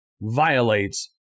violates